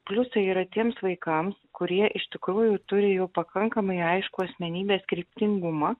pliusai yra tiems vaikams kurie iš tikrųjų turi jau pakankamai aiškų asmenybės kryptingumą